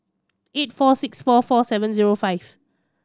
eight four six four four seven zero five